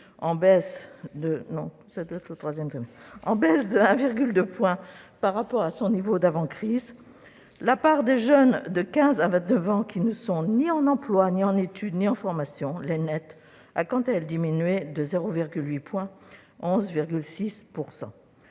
en baisse de 1,2 point par rapport à son niveau d'avant-crise. La part des jeunes de 15 à 29 ans qui ne sont ni en emploi, ni en études, ni en formation- les NEET -a quant à elle diminué de 0,8 point, à 11,6 %.